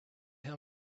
how